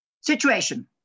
situation